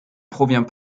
provient